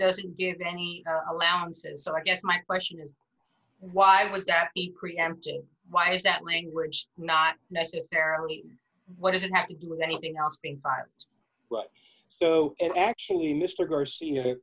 does it give money or allowances so i guess my question is why would that be preempting why is that language not necessary what does it have to do with anything else being arms so it actually mr garcia